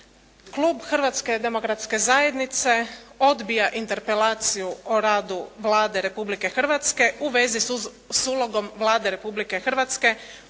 Klub Hrvatske demokratske zajednice odbija interpelaciju o radu Vlade Republke Hrvatske u vezi s ulogom Vlade Republike Hrvatske